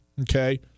Okay